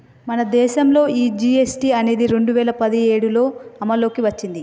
మన దేసంలో ఈ జీ.ఎస్.టి అనేది రెండు వేల పదిఏడులో అమల్లోకి ఓచ్చింది